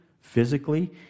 physically